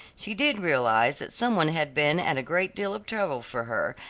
she did realize that some one had been at a great deal of trouble for her,